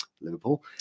Liverpool